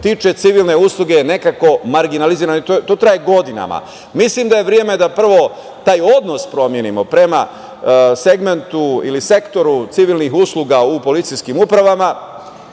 tiče civilne usluge nekako je marginalizovan i to traje godinama. Mislim da je vreme da, prvo, taj odnos promenimo prema segmentu ili sektoru civilnih usluga u policijskim uprava,